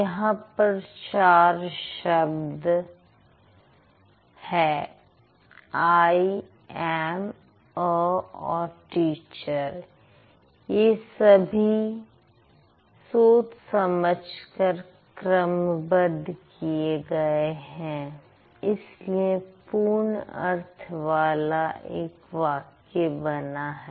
यहां पर चार शब्द आइ एम अ और टीचर ये सभी सोच समझकर क्रमबद्ध किए गए हैं इसलिए पूर्ण अर्थ वाला एक वाक्य बना है